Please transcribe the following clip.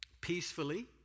peacefully